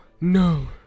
no